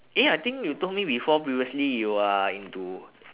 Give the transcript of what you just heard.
eh I think you told me before previously you are into